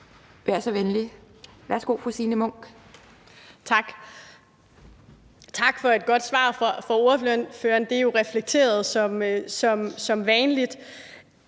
vær så venlig. Værsgo, fru Signe Munk. Kl. 12:33 Signe Munk (SF): Tak. Tak for et godt svar fra ordførerens side. Det er jo reflekteret som vanligt.